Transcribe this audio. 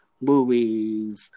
movies